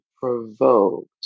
provoked